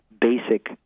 basic